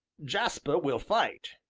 jasper will fight.